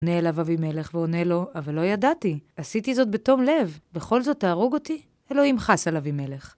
עונה אליו אבימלך ועונה לו, אבל לא ידעתי. עשיתי זאת בתום לב, בכל זאת תהרוג אותי? אלוהים חס על אבימלך.